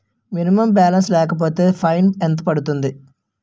Minimum balance లేకపోతే fine ఎంత పడుతుంది?